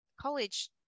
college